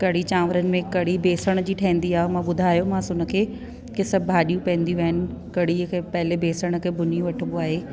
कड़ी चांवरनि में कड़ी बेसण जी ठहिंदी आहे मां ॿुधायोमासि हुन खे के सभु भाॼियूं पवंदियूं आहिनि कड़ीअ खे पहले बेसण खां भुञी वठिबो आहे